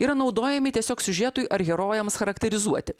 yra naudojami tiesiog siužetui ar herojams charakterizuoti